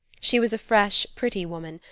she was a fresh, pretty woman,